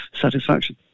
satisfaction